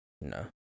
no